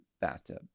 bathtub